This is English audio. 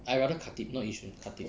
I rather khatib not yishun khatib